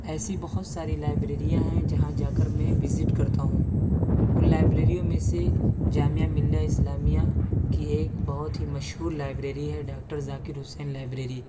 ایسی بہت ساری لائبریریاں ہیں جہاں جا کر میں وزٹ کرتا ہوں ان لائبریریوں میں سے جامعہ ملیہ اسلامیہ کی ایک بہت ہی مشہور لائبریری ہے ڈاکٹر ذاکر حسین لائبریری